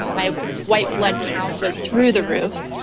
my white blood count was through the roof,